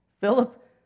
Philip